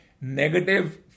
negative